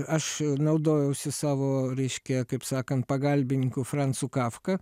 aš naudojausi savo reiškia kaip sakant pagalbininku francu kafka